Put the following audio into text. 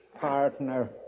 Partner